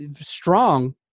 strong